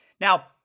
Now